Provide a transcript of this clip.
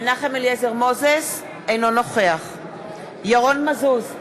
אינו נוכח ירון מזוז,